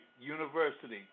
University